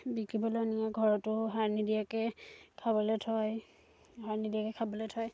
বিকিবলৈ নিয়ে ঘৰতো সাৰ নিদিয়াকৈ খাবলৈ থয় সাৰ নিদিয়াকৈ খাবলৈ থয়